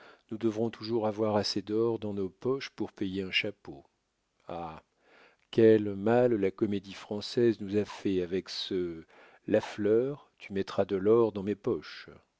nous devrons toujours avoir assez d'or dans nos poches pour payer un chapeau ah quel mal la comédie-française nous a fait avec ce lafleur tu mettras de l'or dans mes poches